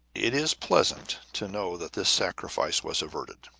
it is pleasant to know that this sacrifice was averted.